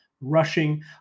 rushing